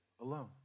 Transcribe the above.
alone